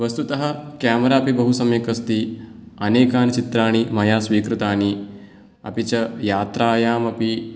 वस्तुतः केमेरा अपि सम्यक् अस्ति अनेकानि चित्राणि मया स्वीकृतानि अपि च यात्रायाम् अपि